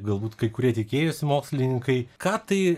galbūt kai kurie tikėjosi mokslininkai ką tai